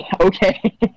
okay